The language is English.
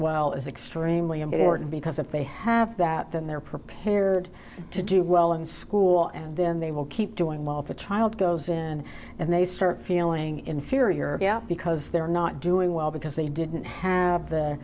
well is extremely important because if they have that then they're prepared to do well in school and then they will keep doing well if the child goes in and they start feeling inferior because they're not doing well because they didn't have the